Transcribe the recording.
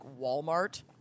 walmart